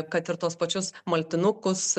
kad ir tuos pačius maltinukus